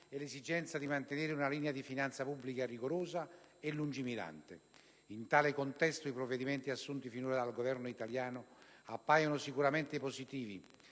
e l'esigenza di mantenere una linea di finanza pubblica rigorosa e lungimirante. In tale contesto, i provvedimenti assunti fino ad ora dal Governo italiano appaiono sicuramente positivi;